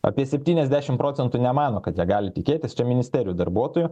apie septyniasdešim procentų nemano kad jie gali tikėtis čia ministerijų darbuotojų